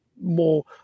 more